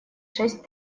шесть